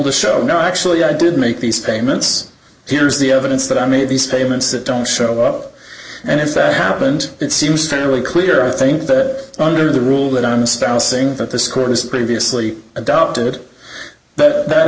to show no actually i did make these payments here's the evidence that i made these payments that don't show up and if that happened it seems fairly clear i think that under the rule that on espousing that this court was previously adopted that